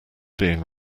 being